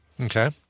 Okay